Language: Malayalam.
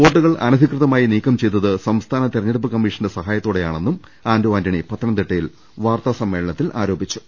വോട്ടു കൾ അനധികൃതമായി നീക്കം ചെയ്തത് സംസ്ഥാന തിരഞ്ഞെടുപ്പ് കമ്മീഷന്റെ സഹായത്തോടെയാണെന്നും ആന്റോ ആന്റണി പത്ത നംതിട്ടയിൽ വാർത്താ സമ്മേളനത്തിൽ ആരോപിച്ചു